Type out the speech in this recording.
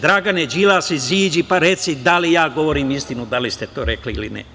Dragane Đilas, izađi pa reci da li ja govorim istinu da li ste to rekli ili ne.